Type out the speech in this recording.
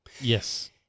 Yes